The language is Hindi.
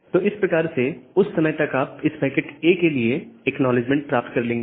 तो इस प्रकार से उस समय तक आप इस पैकेट A के लिए एक्नॉलेजमेंट प्राप्त कर लेंगे